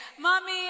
Mommy